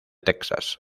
texas